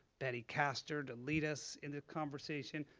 betty castor, to lead us in the conversation.